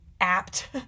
apt